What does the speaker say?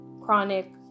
Chronic